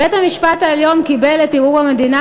בית-המשפט העליון קיבל את ערעור המדינה